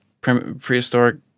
prehistoric